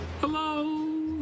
Hello